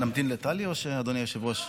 להמתין לטלי, אדוני היושב-ראש?